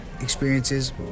experiences